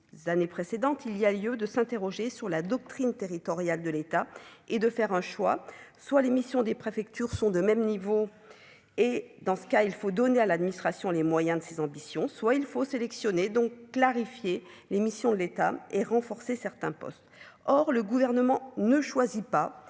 il y a lieu de s'interroger sur la doctrine territoriale de l'État et de faire un choix : soit l'émission des préfectures sont de même niveau et dans ce cas il faut donner à l'administration, les moyens de ses ambitions, soit il faut sélectionner donc clarifier les missions de l'État et renforcer certains postes, or le gouvernement ne choisit pas,